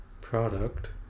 product